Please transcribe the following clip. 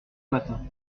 matin